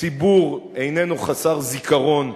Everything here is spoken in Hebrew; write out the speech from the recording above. הציבור איננו חסר זיכרון,